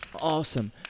Awesome